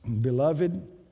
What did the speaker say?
Beloved